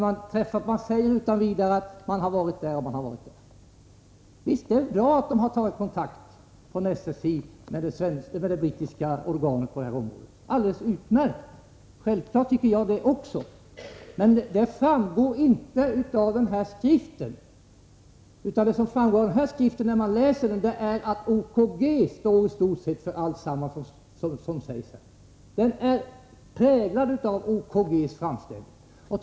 Man säger t.ex. utan vidare att man har varit här och man har varit där. Visst, det är bra att SSI har tagit kontakt med det brittiska organet på det här området. Självfallet tycker också jag att det är alldeles utmärkt. Men det framgår inte av skrivelsen, utan det som framgår av den är att OKG står för i stort sett allt som där sägs. Den är präglad av OKG:s framställning.